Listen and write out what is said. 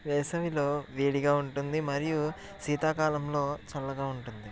వేసవిలో వేడిగా ఉంటుంది మరియు శీతాకాలంలో చల్లగా ఉంటుంది